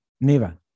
Neva